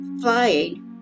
flying